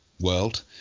world